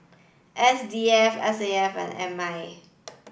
S D F S A F and M I